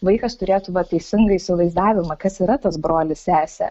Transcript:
vaikas turėtų va teisingą įsivaizdavimą kas yra tas brolis sesė